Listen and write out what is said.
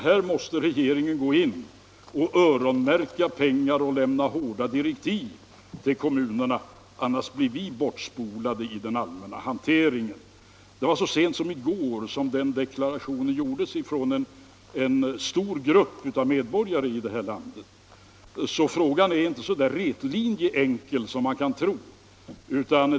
Här måste regeringen gå in och öronmärka pengar och lämna hårda direktiv till kommunerna; annars blir vi bortspolade i den allmänna hanteringen. Det var så sent som i går som den deklarationen gjordes av en stor grupp medborgare i landet. Så frågan är inte så rätlinjig och enkel som man kan tro.